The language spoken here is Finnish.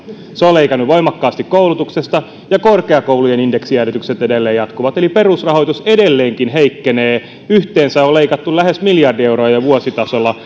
se on leikannut voimakkaasti koulutuksesta ja korkeakoulujen indeksijäädytykset edelleen jatkuvat eli perusrahoitus edelleenkin heikkenee yhteensä on leikattu jo lähes miljardi euroa vuositasolla